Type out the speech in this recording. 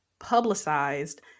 publicized